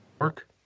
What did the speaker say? work